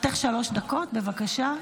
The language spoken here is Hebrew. לרשותך שלוש דקות, בבקשה.